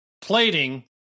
plating